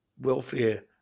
welfare